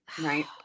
Right